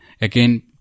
again